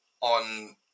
on